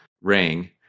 ring